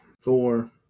four